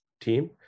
team